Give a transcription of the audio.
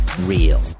Real